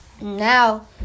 now